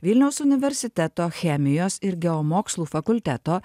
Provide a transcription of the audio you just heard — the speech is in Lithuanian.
vilniaus universiteto chemijos ir geomokslų fakulteto